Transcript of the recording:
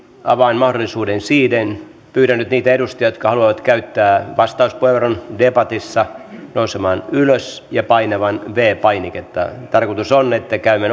avaan mahdollisuuden siihen pyydän nyt niitä edustajia jotka haluavat käyttää vastauspuheenvuoron debatissa nousemaan ylös ja painamaan viides painiketta tarkoitus on että käymme